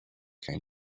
came